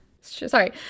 Sorry